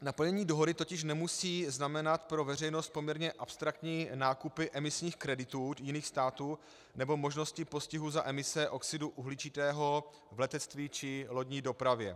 Naplnění dohody totiž nemusí znamenat pro veřejnost poměrně abstraktní nákupy emisních kreditů jiných států nebo možnosti postihů za emise oxidu uhličitého v letectví či lodní dopravě.